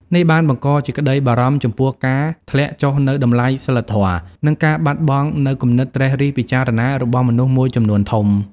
នេះបានបង្កជាក្តីបារម្ភចំពោះការធ្លាក់ចុះនូវតម្លៃសីលធម៌ និងការបាត់បង់នូវគំនិតត្រិះរិះពិចារណារបស់មនុស្សមួយចំនួនធំ។